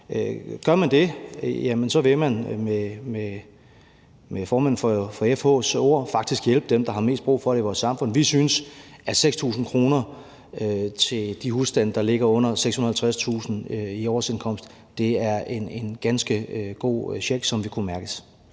Gør man det, vil man med formanden for FH's ord faktisk hjælpe dem, der har mest brug for det i vores samfund. Vi synes, at en check på 6.000 kr. til de husstande, der ligger under 650.000 kr. i årsindkomst, er en ganske god check, som vil kunne mærkes.